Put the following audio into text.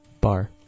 Bar